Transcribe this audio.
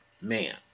man